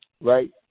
right